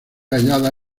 hallada